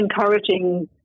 encouraging